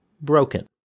broken